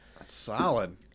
Solid